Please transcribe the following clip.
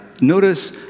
notice